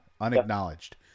Unacknowledged